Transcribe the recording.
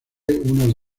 unos